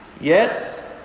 yes